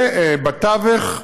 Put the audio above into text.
ובתווך,